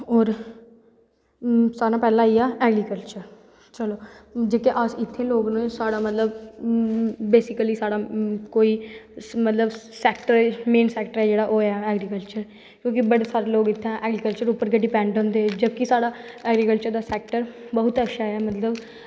और सारैं कोला दा पैह्लैं आईयै ऐग्रीकल्चर चलो जेह्ड़े अस इत्थें दे लोग न बेसिकली साढ़ा कोई मतलव सैक्टर ऐ मेंन सैक्टर ऐ ओह् ऐ ऐग्रीकल्चर